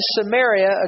Samaria